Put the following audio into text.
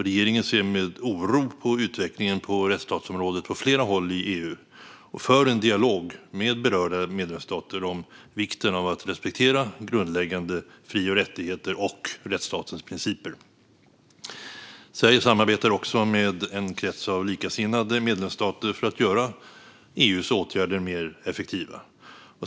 Regeringen ser med oro på utvecklingen på rättsstatsområdet på flera håll i EU och för en dialog med berörda medlemsstater om vikten av att respektera grundläggande fri och rättigheter och rättsstatens principer. Sverige samarbetar också med en krets av likasinnade medlemsstater för att göra EU:s åtgärder mer effektiva.